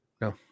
No